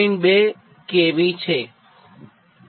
VR ની કિંમત 10